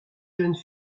jeunes